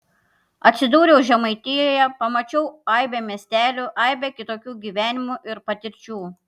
atsidūriau žemaitijoje pamačiau aibę miestelių aibę kitokių gyvenimų ir patirčių